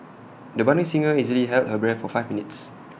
the budding singer easily held her breath for five minutes